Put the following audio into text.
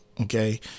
okay